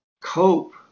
cope